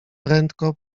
prędko